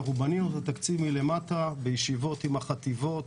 בנינו את התקציב מלמטה בישיבות עם החטיבות,